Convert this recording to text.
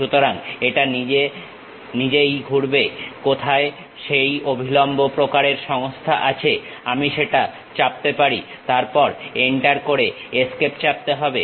সুতরাং এটা নিজে নিজেই খুজবে কোথায় সেই অভিলম্ব প্রকারের সংস্থা আছে আমি সেটা চাপতে পারি তারপর এন্টার করে এস্কেপ চাপতে হবে